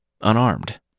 unarmed